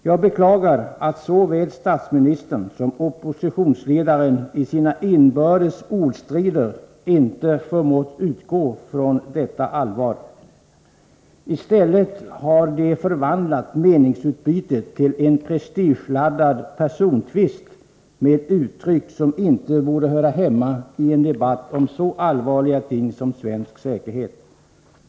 Jag beklagar att såväl statsministern som oppositionsledaren i sina inbördes ordstrider inte förmått utgå från detta allvar. I stället har de förvandlat meningsutbytet till en prestigeladdad persontvist med uttryck som inte borde höra hemma i en debatt om så allvarliga ting som svensk säkerhet.